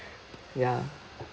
ya